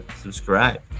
subscribe